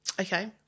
Okay